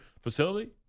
facility